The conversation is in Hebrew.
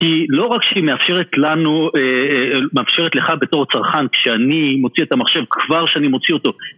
היא לא רק שמאפשרת לך בתור צרכן כשאני מוציא את המחשב כבר שאני מוציא אותו